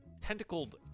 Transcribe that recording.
tentacled